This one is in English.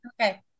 Okay